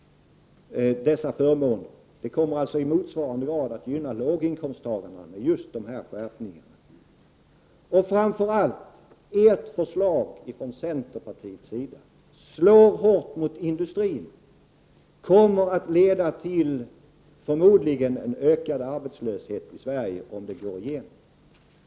Denna skärpning kommer att i motsvarande grad gynna låginkomsttagarna. Framför allt: förslaget från centerpartiet slår hårt mot industrin och kommer att leda till en ökad arbetslöshet i Sverige, om det går igenom.